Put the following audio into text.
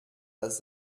dass